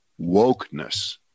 wokeness